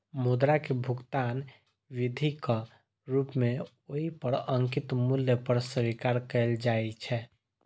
मुद्रा कें भुगतान विधिक रूप मे ओइ पर अंकित मूल्य पर स्वीकार कैल जाइ छै